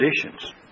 conditions